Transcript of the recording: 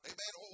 Amen